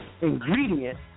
ingredient